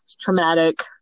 traumatic